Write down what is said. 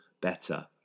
better